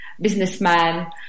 businessman